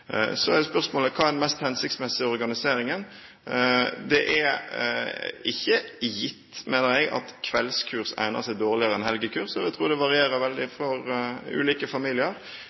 Så er spørsmålet: Hva er den mest hensiktsmessige organiseringen? Det er ikke er gitt, mener jeg, at kveldskurs egner seg dårligere enn helgekurs. Jeg vil tro det varierer veldig for ulike familier.